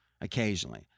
occasionally